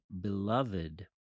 beloved